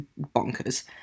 bonkers